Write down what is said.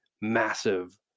massive